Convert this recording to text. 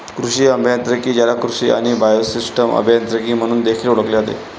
कृषी अभियांत्रिकी, ज्याला कृषी आणि बायोसिस्टम अभियांत्रिकी म्हणून देखील ओळखले जाते